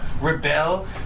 rebel